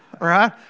right